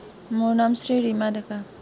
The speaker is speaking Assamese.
মোৰ নাম শ্ৰী ৰীমা ডেকা